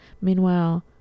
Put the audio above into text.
Meanwhile